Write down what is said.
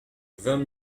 vingt